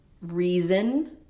reason